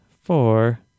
four